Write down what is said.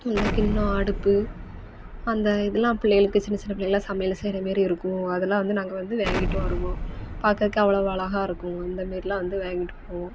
இந்த கிண்ணம் அடுப்பு அந்த இதெலாம் பிள்ளையளுக்கு சின்ன சின்ன பிள்ளையலாம் சமையல் செய்யற மாரி இருக்கும் அதெல்லாம் வந்து நாங்க வந்து வாங்கிட்டு வருவோம் பார்க்கறதுக்கு அவ்வளோவு அழகா இருக்கும் அந்த மாரிலாம் வந்து வாங்கிட்டு போவோம்